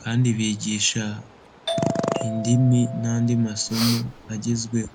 ,kandi bigisha indimi n'andi masomo agezweho.